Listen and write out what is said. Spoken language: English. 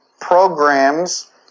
programs